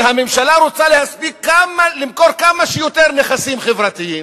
והממשלה רוצה למכור כמה שיותר נכסים חברתיים,